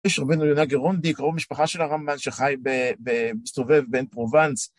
יש רבנו יונה גרונדי, קרוב משפחה של הרמב״ן שחי בסובב בן פרובנץ.